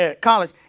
college